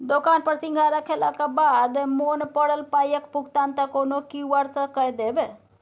दोकान पर सिंघाड़ा खेलाक बाद मोन पड़ल पायक भुगतान त कोनो क्यु.आर सँ कए देब